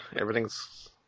Everything's